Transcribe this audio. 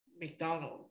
McDonald